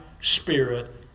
spirit